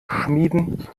schmieden